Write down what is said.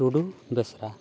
ᱴᱩᱰᱩ ᱵᱮᱥᱨᱟ